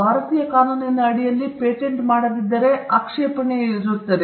ಭಾರತೀಯ ಕಾನೂನಿನಡಿಯಲ್ಲಿ patent patent ಮಾಡದಿದ್ದರೆ ಆಕ್ಷೇಪಣೆಯು ಇರುತ್ತದೆ